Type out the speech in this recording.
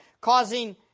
causing